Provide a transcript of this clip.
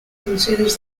considers